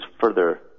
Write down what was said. further